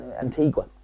Antigua